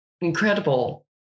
incredible